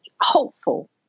hopeful